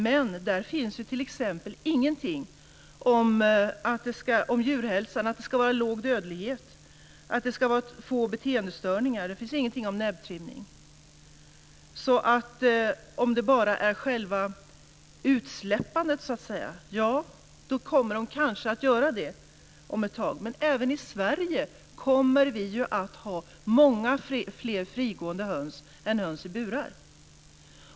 Det står ju ingenting om t.ex. djurhälsa, att det ska vara låg dödlighet och få beteendestörningar, och det står ingenting om näbbtrimning. Om det bara gäller själva utsläppandet kommer man kanske att genomföra det i Tyskland om ett tag. Men även i Sverige kommer vi att ha många fler frigående höns än höns i burar.